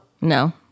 No